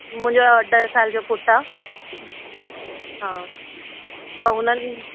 मुंहिंजो ॾह साल जो पुट आहे हा त हुननि